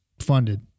funded